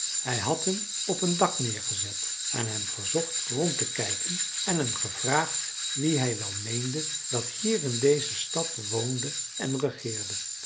hij had hem op een dak neergezet en hem verzocht rond te kijken en hem gevraagd wie hij wel meende dat hier in deze stad woonde en regeerde